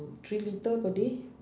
three litre per day